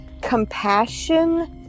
compassion